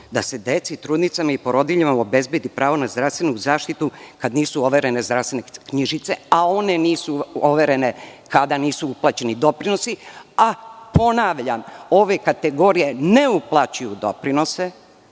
da se deci, trudnicama i porodiljama obezbedi pravo na zdravstvenu zaštitu kada nisu overene zdravstvene knjižice, a one nisu overene kada nisu uplaćeni doprinosi. Ponavljam, ove kategorije ne uplaćuju doprinose,